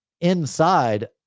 inside